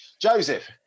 joseph